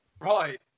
Right